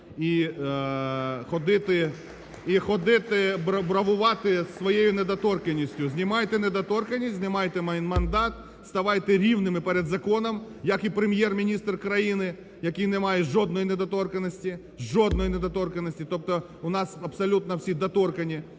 і ходити бравувати своєю недоторканністю. Знімайте недоторканність, знімайте мандат, ставайте рівними перед законом, як і Прем'єр-міністр країни, який не має жодної недоторканності, жодної недоторканності, тобто у нас абсолютно всі доторканні.